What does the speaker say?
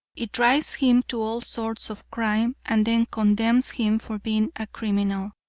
it drives him to all sorts of crime, and then condemns him for being a criminal.